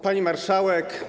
Pani Marszałek!